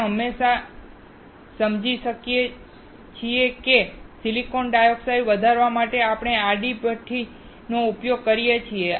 આપણે હમણાં જ સમજીએ છીએ કે સિલિકોન ડાયોક્સાઇડ વધવા માટે આપણે આડી ટ્યુબ ભઠ્ઠીનો ઉપયોગ કરીએ છીએ